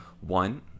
one